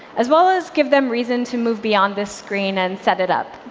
as well as give them reason to move beyond this screen and set it up.